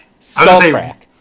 Skullcrack